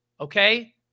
Okay